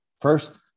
First